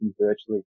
virtually